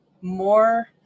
more